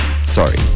Sorry